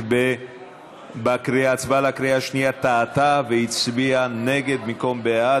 טעתה בהצבעה בקריאה השנייה והצביעה נגד במקום בעד,